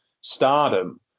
Stardom